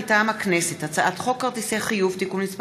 מטעם הכנסת: הצעת חוק כרטיסי חיוב (תיקון מס'